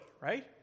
right